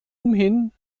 umhin